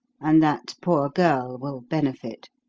and that poor girl will benefit.